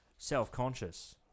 Self-conscious